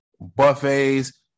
buffets